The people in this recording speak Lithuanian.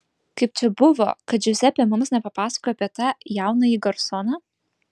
kaip čia buvo kad džiuzepė mums nepapasakojo apie tą jaunąjį garsoną